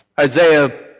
Isaiah